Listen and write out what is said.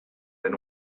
and